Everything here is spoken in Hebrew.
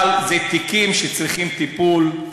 אבל זה תיקים שצריכים טיפול.